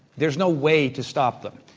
there's no way to stop them.